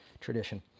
tradition